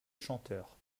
chanteur